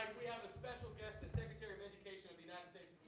we have a special guest, the secretary of education of the united states